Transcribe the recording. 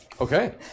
Okay